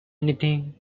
anything